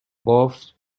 بافت